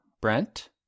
Brent